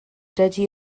dydy